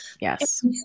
Yes